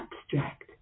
abstract